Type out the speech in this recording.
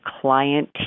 client